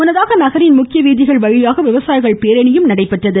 முன்னதாக நகரின் முக்கிய வீதிகள் வழியாக விவசாயிகள் பேரணி நடைபெற்றது